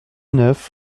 neuf